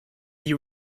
you